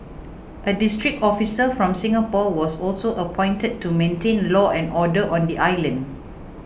a district officer from Singapore was also appointed to maintain law and order on the island